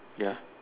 ya